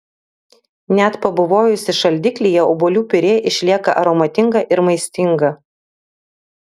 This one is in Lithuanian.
net pabuvojusi šaldiklyje obuolių piurė išlieka aromatinga ir maistinga